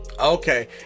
okay